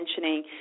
mentioning